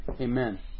Amen